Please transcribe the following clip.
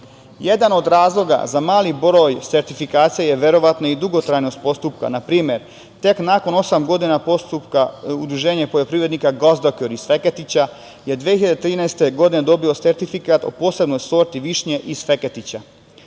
178.Jedan od razloga za mali broj sertifikacija je verovatno i dugotrajnost postupka. Na primer, tek nakon osam godina postupka Udruženje poljoprivrednika "Gozdakon" iz Feketića je 2013. godine dobilo sertifikat o posebnoj sorti višnje iz Feketića.